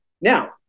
Now